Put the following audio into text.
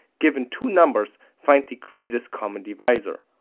given two numbers, find the greatest common divisor.